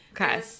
Okay